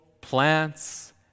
plants